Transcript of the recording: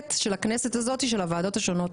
המנהלת של הכנסת הזאת של הוועדות השונות,